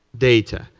data.